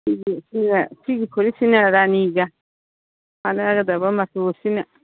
ꯁꯤꯒꯤ ꯐꯨꯔꯤꯠꯁꯤꯅ ꯔꯥꯅꯤꯒ ꯆꯥꯅꯒꯗꯕ ꯃꯆꯨꯁꯤꯅ